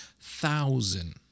thousand